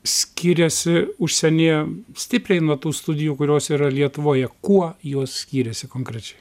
skyrėsi užsienyje stipriai nuo tų studijų kurios yra lietuvoje kuo jos skyrėsi konkrečiai